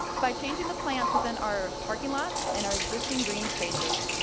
by changing the plants within our parking lots and our existing green spaces,